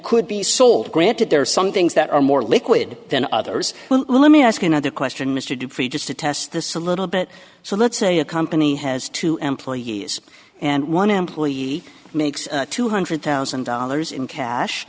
could be sold granted there are some things that are more liquid than others well let me ask another question mr dupree just to test this a little bit so let's say a company has two employees and one employee makes two hundred thousand dollars in cash